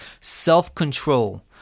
self-control